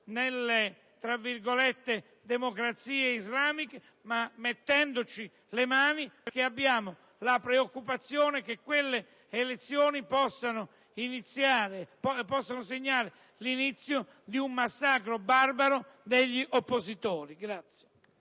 nelle cosiddette democrazie islamiche, ma mettendoci le mani, perché abbiamo la preoccupazione che quelle elezioni possano segnare l'inizio di un massacro barbaro degli oppositori.